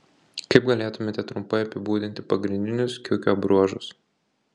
kaip galėtumėte trumpai apibūdinti pagrindinius kiukio bruožus